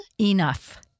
Enough